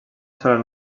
sola